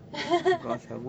ah